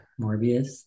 Morbius